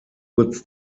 kurz